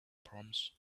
proms